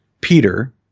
Peter